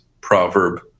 proverb